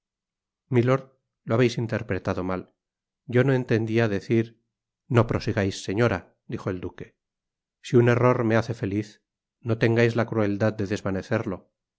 milord lo habeis interpretado mal yo no entendia decir no prosigais señora dijo el duque si un error me hace feliz no tengais la crueldad de desvanecerlo